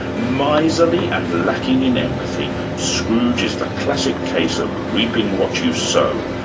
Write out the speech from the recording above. miserly and lacking in empathy, scrooge is the classic case of reaping what you sow,